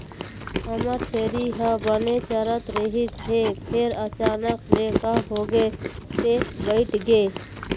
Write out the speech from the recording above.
हमर छेरी ह बने चरत रहिस हे फेर अचानक ले का होगे ते बइठ गे